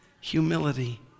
Humility